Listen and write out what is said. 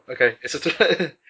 Okay